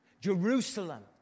Jerusalem